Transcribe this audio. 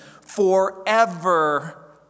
forever